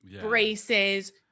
braces